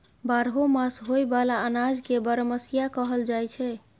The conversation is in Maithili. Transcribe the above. बारहो मास होए बला अनाज के बरमसिया कहल जाई छै